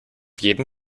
jeden